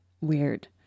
weird